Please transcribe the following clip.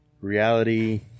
reality